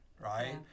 right